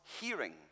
hearing